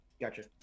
Gotcha